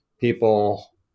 people